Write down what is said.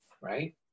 Right